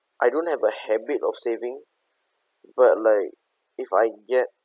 I don't have a habit of saving but like if I get